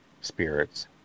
spirits